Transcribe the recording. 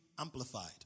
Amplified